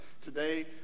today